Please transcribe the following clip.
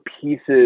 pieces